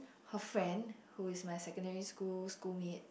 her friend who is my secondary school school mate